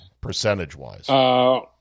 percentage-wise